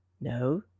No